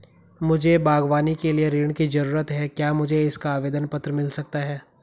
मुझे बागवानी के लिए ऋण की ज़रूरत है क्या मुझे इसका आवेदन पत्र मिल सकता है?